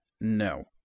No